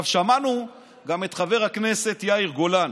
שמענו גם את חבר הכנסת יאיר גולן